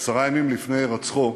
עשרה ימים לפני הירצחו,